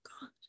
God